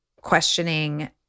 questioning